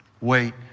wait